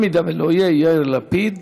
אם לא יהיה, יאיר לפיד